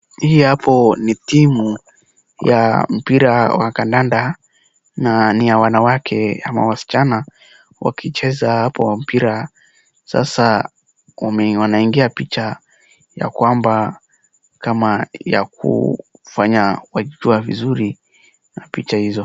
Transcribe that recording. Hii hapo ni timu ya mpira wa kandanda na ni ya wanawake ama wasichana, wakicheza hapo mpira, sasa wanaingia picha ya kwamba kama ya kufanya waitoa vizuri ya picha hizo.